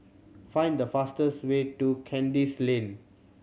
find the fastest way to Kandis Lane